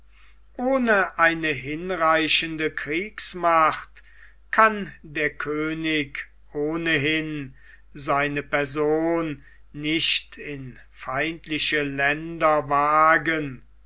ohne eine hinreichende kriegsmacht kann der könig ohnehin seine person nicht in feindliche länder wagen